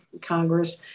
Congress